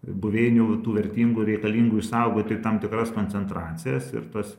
buveinių tų vertingų reikalingų išsaugoti tam tikras koncentracijas ir tos